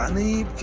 and the